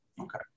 Okay